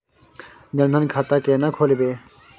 जनधन खाता केना खोलेबे?